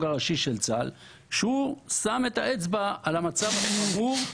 של צה"ל ששם את האצבע על המצב החמור,